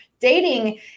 dating